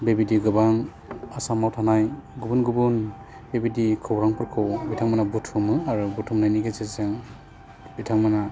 बेबायदि गोबां आसामाव थानाय गुबुन गुबुन बेबायदि खौरांफोरखौ बिथांमोना बुथुमो आरो बुथुमनायनि गेजेरजों बिथांमोना